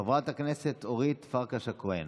חברת הכנסת אורית פרקש הכהן.